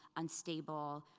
unstable,